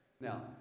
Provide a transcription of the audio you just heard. now